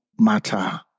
matter